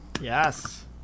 Yes